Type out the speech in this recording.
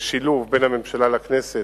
ושילוב בין הממשלה לכנסת,